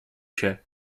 się